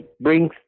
brings